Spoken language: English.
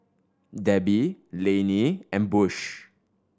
Debby Lainey and Bush